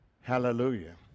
Hallelujah